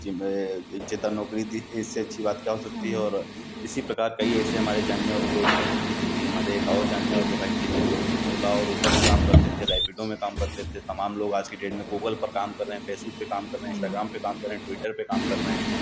gym इज्जतदार नौकरी दी है इससे अच्छी बात क्या हो सकती है और इसी प्रकार कई ऐसे हमारे जानने वाले लोग है जो जैसे कि हमारे एक और जानने वाले भाई थे जो ओला और ऊबर में काम करते थे रैपिडो में काम करते थे तमाम लोग आज की डेट में गूगल पर काम कर रहे हैं फ़ेसबुक पे काम कर रहे हैं इंस्टाग्राम पे काम कर रहे हैं ट्विटर पे काम कर रहे हैं